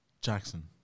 Jackson